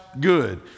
good